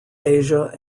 asia